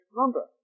number